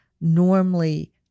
normally